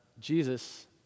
Jesus